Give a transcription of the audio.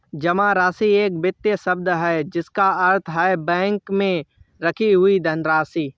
जमा राशि एक वित्तीय शब्द है जिसका अर्थ है बैंक में रखी गई धनराशि